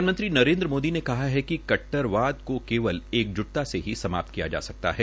प्रधानमंत्री नरेन्द्र मोदी ने कहा है कि कट्टरवाद को केवल एकजुटता से ही समाप्त किया जा सकता है